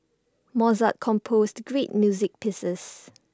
Mozart composed great music pieces